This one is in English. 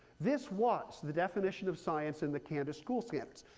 this was the definition of science in the kansas school standards.